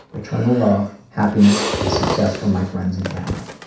eternal love, happiness, and success for my friends and family.